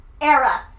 era